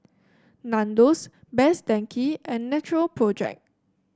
Nandos Best Denki and Natural Project